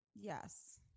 Yes